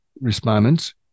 respondents